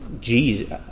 Jesus